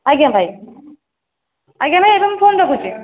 ଆଜ୍ଞା ଭାଇ ଆଜ୍ଞା ଭାଇ ଏବେ ମୁଁ ଫୋନ୍ ରଖୁଛି